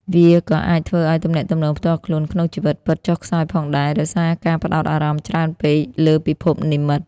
វាក៏អាចធ្វើឲ្យ ទំនាក់ទំនងផ្ទាល់ខ្លួនក្នុងជីវិតពិត ចុះខ្សោយផងដែរ ដោយសារការផ្តោតអារម្មណ៍ច្រើនពេកលើពិភពនិម្មិត។